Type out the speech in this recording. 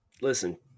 Listen